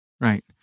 Right